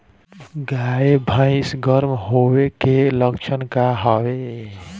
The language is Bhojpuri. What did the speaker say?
गाय भैंस गर्म होय के लक्षण का होखे?